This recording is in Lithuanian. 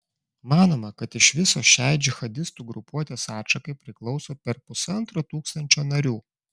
manoma kad iš viso šiai džihadistų grupuotės atšakai priklauso per pusantro tūkstančio narių